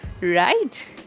right